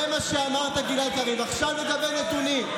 עכשיו לגבי נתונים.